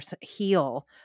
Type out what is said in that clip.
heal